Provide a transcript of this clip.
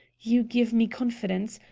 you give me confidence.